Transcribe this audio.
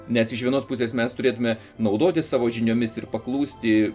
nes iš vienos pusės mes turėtume naudotis savo žiniomis ir paklusti